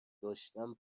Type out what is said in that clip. داشتم